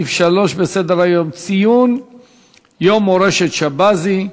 סעיף 3 בסדר-היום: ציון יום מורשת שבזי,